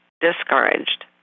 discouraged